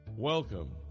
Welcome